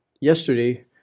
yesterday